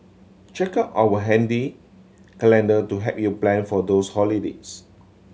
check out our handy calendar to help you plan for those holidays